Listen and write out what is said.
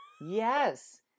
Yes